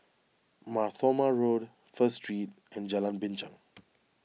Mar Thoma Road First Street and Jalan Binchang